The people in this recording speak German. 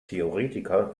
theoretiker